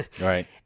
Right